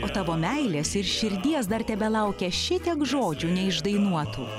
o tavo meilės ir širdies dar tebelaukia šitiek žodžių neišdainuotų